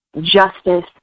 justice